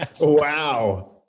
Wow